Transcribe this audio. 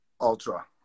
Ultra